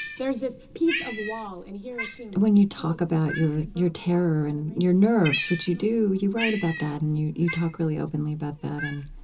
there's this piece of wall in hiroshima, when you talk about your your terror and your nerves which you do, you write about that and you you talk really openly about that. and